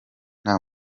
nta